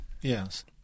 Yes